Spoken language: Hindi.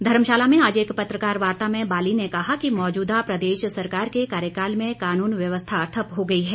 धर्मशाला में आज एक पत्रकार वार्ता में बाली ने कहा कि मौजूदा प्रदेश सरकार के कार्यकाल में कानून व्यवस्था ठप्प हो गई हैं